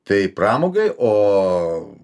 tai pramogai o